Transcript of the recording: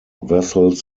vessels